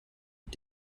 und